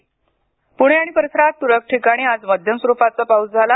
हवामान पुणे आणि परिसरात तुरळक ठिकाणी आज मध्यम स्वरूपाचा पाऊस झाला